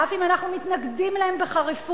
ואף אם אנחנו מתנגדים להם בחריפות,